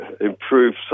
improve